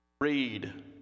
read